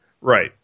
right